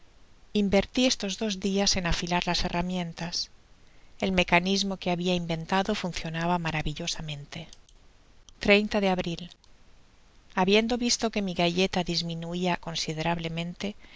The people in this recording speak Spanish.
inverti estos dos dias en afilar las herramientas el mecanismo que habia inventado funcionaba maravillosamente de abril habiendo visto que mi galleta disminuia considerablemente